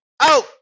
Out